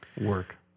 work